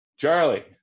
charlie